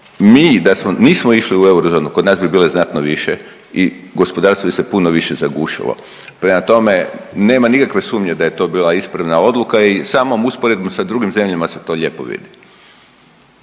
Mi da smo, nismo išli u eurozonu kod nas bi bile znatno više i gospodarstvo bi se puno više zagušilo. Prema tome, nema nikakve sumnje da je to bila ispravna odluka i samom usporedbom sa drugim zemljama se to lijepo vidi.